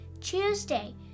Tuesday